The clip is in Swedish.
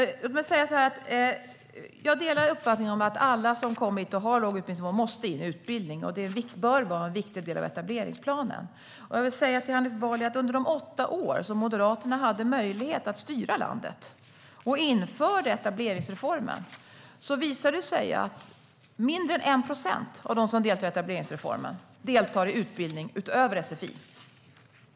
Jag delar uppfattningen att alla som kommit och har låg utbildningsnivå måste in i utbildning. Det bör vara en viktig del av etableringsplanen. Jag vill säga till Hanif Bali att under de åtta år som Moderaterna hade möjlighet att styra landet, och också införde etableringsreformen, var det mindre än 1 procent av dem som deltog i etableringsreformen som deltog i utbildning utöver sfi.